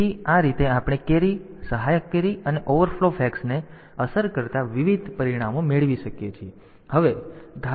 તેથી આ રીતે આપણે કેરી સહાયક કેરી અને ઓવરફ્લો ફ્લેગ્સને અસર કરતા વિવિધ વધારાના પરિણામો મેળવી શકીએ છીએ